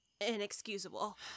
inexcusable